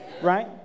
right